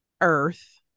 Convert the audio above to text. earth